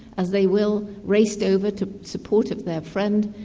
as they will, raced over to support their friend,